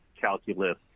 calculus